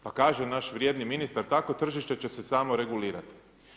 Pa kaže naš vrijedni ministar, takvo tržište će se samo regulirati.